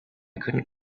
couldn’t